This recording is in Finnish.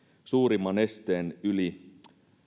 suurimman esteen yli